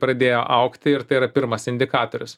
pradėjo augti ir tai yra pirmas indikatorius